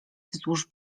wzdłuż